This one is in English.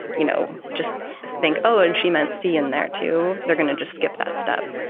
you know, just think, oh, and she meant c in there, too. they're gonna just skip that step.